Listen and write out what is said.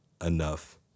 enough